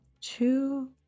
two